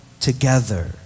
together